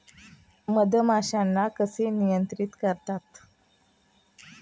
मधमाश्यांना कसे नियंत्रित करतात?